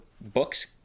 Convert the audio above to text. books